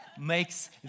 makes